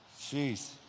Jeez